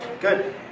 Good